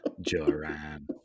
Joran